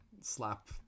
slap